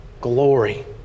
glory